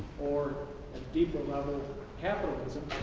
or a deeper level capitalism.